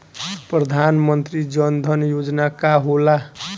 प्रधानमंत्री जन धन योजना का होला?